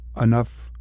enough